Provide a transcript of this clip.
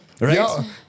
Right